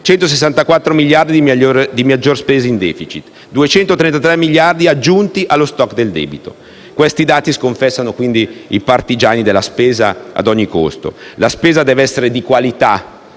164 miliardi di maggiore spesa in *deficit* e 233 miliardi aggiunti allo *stock* del debito. Questi dati sconfessano i partigiani della spesa a ogni costo. La spesa deve essere di qualità